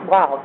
Wow